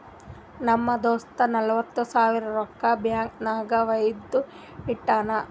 ನಮ್ ದೋಸ್ತ ನಲ್ವತ್ ಸಾವಿರ ರೊಕ್ಕಾ ಬ್ಯಾಂಕ್ ನಾಗ್ ವೈದು ಇಟ್ಟಾನ್